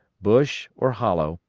bush, or hollow,